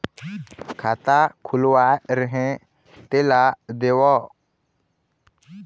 खाता खुलवाय रहे तेला देव?